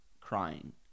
crying